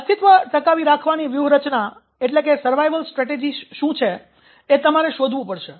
અસ્તિત્વ ટકાવી રાખવાની વ્યૂહરચના શું છે એ તમારે શોધવું પડશે